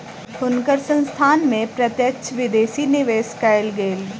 हुनकर संस्थान में प्रत्यक्ष विदेशी निवेश कएल गेल